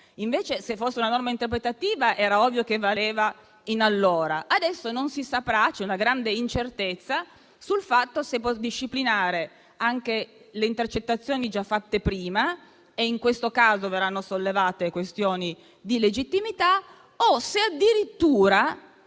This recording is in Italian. Se fosse una norma interpretativa, sarebbe ovvio che valeva in allora; adesso non si saprà e c'è una grande incertezza sul fatto che possa disciplinare anche le intercettazioni già fatte prima (e in questo caso verranno sollevate questioni di legittimità) o addirittura